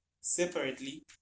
separately